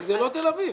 היא לא תל אביב.